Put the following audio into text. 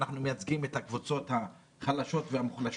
ואנחנו מייצגים את הקבוצות החלשות והמוחלשות.